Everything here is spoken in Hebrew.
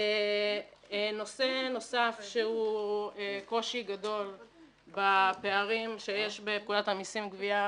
נושא נוסף שהוא קושי גדול בפערים שיש בפקודת המסים (גבייה),